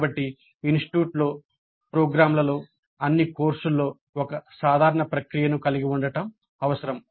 కాబట్టి ఇన్స్టిట్యూట్లో ప్రోగ్రామ్లలో అన్ని కోర్సుల్లో ఒక సాధారణ ప్రక్రియను కలిగి ఉండటం అవసరం